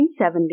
1970